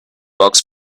box